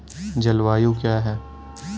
जलवायु क्या है?